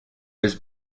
was